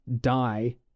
die